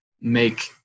make